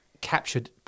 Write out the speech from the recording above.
captured